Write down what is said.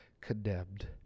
condemned